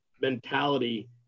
mentality